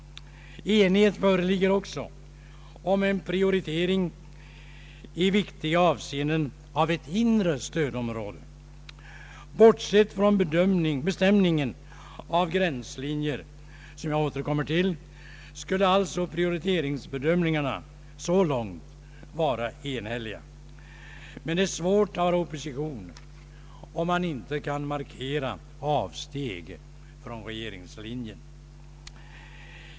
Enighet föreligger också om en prioritering i viktiga avseenden av ett inre stödområde. Bortsett från bestämningen av gränslinjer som jag återkommer till skulle alltså prioriteringsbedömningarna så långt vara enhälliga. Men det är svårt att vara opposition om man inte kan markera avsteg från regeringslinjen.